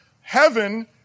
heaven